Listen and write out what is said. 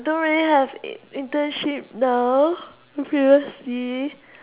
don't really have internship though previously